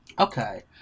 Okay